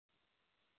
ம் ஓகே